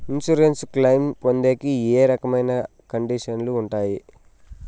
Insurance claim పొందేకి ఏ రకమైన కండిషన్లు ఉంటాయి?